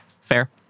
Fair